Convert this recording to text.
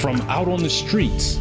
from out on the streets